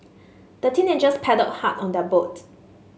the teenagers paddled hard on their boat